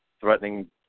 threatening